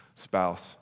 spouse